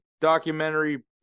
documentary